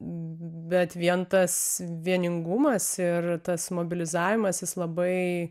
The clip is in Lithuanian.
bet vien tas vieningumas ir tas mobilizavimas jis labai